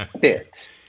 fit